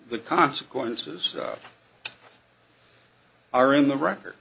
the consequences are in the record